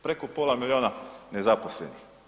Preko pola milijuna nezaposlenih.